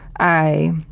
i,